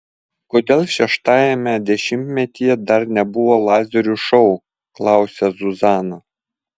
kodėl šeštajame dešimtmetyje dar nebuvo lazerių šou klausia zuzana